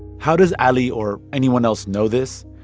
how does ali or anyone else know this?